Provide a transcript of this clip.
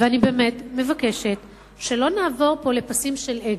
ואני מבקשת שלא נעבור לפסים של אגו,